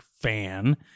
fan